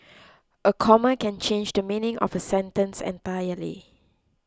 a comma can change the meaning of a sentence entirely